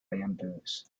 bamboos